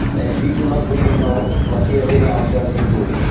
as we do not really know what we are getting ourselves into.